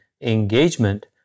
engagement